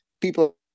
people